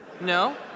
No